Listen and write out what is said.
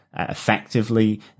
effectively